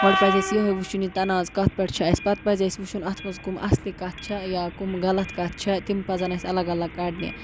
گۄڈٕ پَزِ اَسہِ یِہَے وٕچھُن یہِ تَناز کَتھ پٮ۪ٹھ چھِ اَسہِ پَتہٕ پَزِ اَسہِ وٕچھُن اَتھ منٛز کُم اَصلہِ کَتھٕ چھےٚ یا کُم غلط کَتھٕ چھےٚ تِم پَزَن اَسہِ الگ الگ کَڑنہِ